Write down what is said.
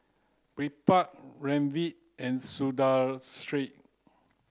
Birbal Ramdev and Sundaresh